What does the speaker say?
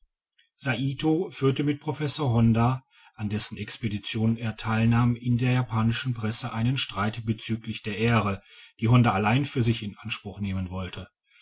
führte mit professor honda an dessen expedition er teilnahm in der japanischen presse einen streit bezüglich der ehre die honda allein für sich in anspruch nehmen wollte